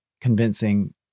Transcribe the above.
convincing